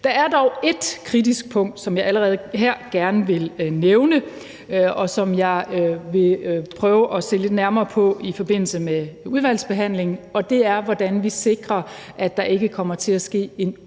Der er dog ét kritisk punkt, som jeg allerede her gerne vil nævne, og som jeg vil prøve at se lidt nærmere på i forbindelse med udvalgsbehandlingen, nemlig hvordan vi sikrer, at der – hvad kan man